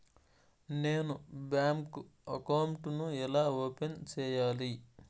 నేను bank account ను ఎలా ఓపెన్ సేయాలి?